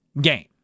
game